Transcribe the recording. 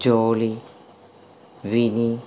Jolly Vini